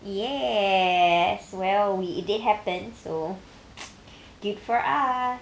yes well we it didn't happen so good for us